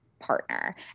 partner